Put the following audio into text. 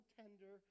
tender